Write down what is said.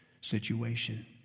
situation